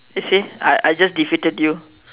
you see I I just defeated you